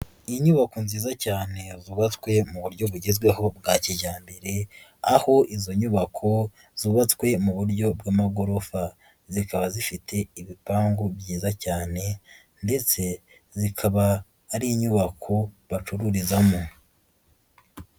Inyubako nziza cyane zubatswe mu buryo bugezweho bwa kijyambere aho izo nyubako zubatswe mu buryo bw'amagorofa zikaba zifite ibipangu byiza cyane ndetse zikaba ari inyubako bacururizamo.